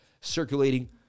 circulating